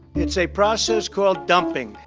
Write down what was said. it's a process called dumping,